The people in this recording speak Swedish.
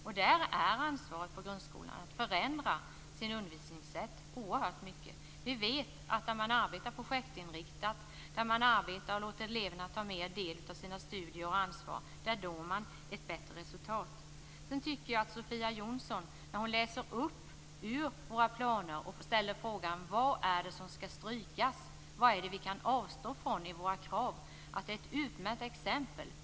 Det är ett ansvar för grundskolan att förändra sitt undervisningssätt oerhört mycket. Vi vet ju att där man arbetar projektinriktat och där man låter eleverna mera ta del av sina studier och ta ansvar, nås ett bättre resultat. Sofia Jonsson läste ur våra planer och frågade: Vad är det som skall strykas? Vad är det vi kan avstå från i våra krav? Detta är ett utmärkt exempel.